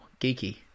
geeky